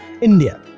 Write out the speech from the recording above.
India